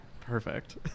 Perfect